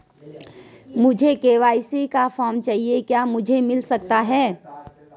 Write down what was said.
मुझे के.वाई.सी का फॉर्म चाहिए क्या मुझे मिल सकता है?